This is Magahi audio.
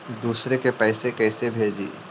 दुसरे के पैसा कैसे भेजी?